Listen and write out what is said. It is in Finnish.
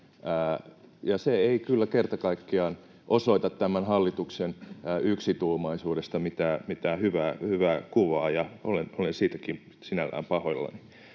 Se ei kyllä kerta kaikkiaan osoita tämän hallituksen yksituumaisuudesta mitään hyvää kuvaa, ja olen siitäkin sinällään pahoillani.